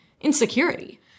insecurity